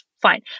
Fine